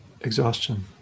exhaustion